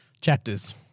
chapters